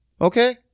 okay